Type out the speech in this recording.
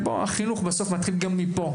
והחינוך בסוף מתחיל גם מפה.